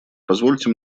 позвольте